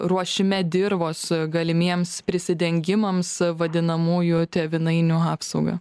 ruošime dirvos galimiems prisidengimams vadinamųjų tėvynainių apsaugą